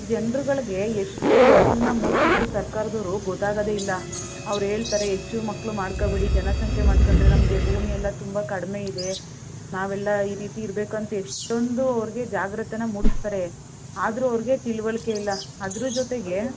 ಜನರುಗಳ್ಗೆ ಎಷ್ಟು ಅರಿವನ್ನ ಮೂಡ್ಸಿದ್ರೂ ಸರ್ಕಾರದವ್ರು ಗೊತ್ತಾಗೋದೇ ಇಲ್ಲ ಅವ್ರು ಹೇಳ್ತಾರೆ ಹೆಚ್ಚು ಮಕ್ಕಳು ಮಾಡ್ಕೊಬೇಡಿ ಜನಸಂಖ್ಯೆ ಮಾಡ್ಕೊಂಡ್ರೆ ನಮಗೆ ಭೂಮಿಯೆಲ್ಲ ತುಂಬ ಕಡಿಮೆ ಇದೆ ನಾವೆಲ್ಲ ಈ ರೀತಿ ಇರಬೇಕಂತ ಎಷ್ಟೊಂದು ಅವ್ರಿಗೆ ಜಾಗೃತಿನ ಮೂಡಿಸ್ತಾರೆ ಆದರೂ ಅವ್ರಿಗೆ ತಿಳ್ವಳಿಕೆ ಇಲ್ಲ ಅದ್ರ ಜೊತೆಗೆ